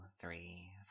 three